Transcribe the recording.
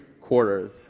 quarters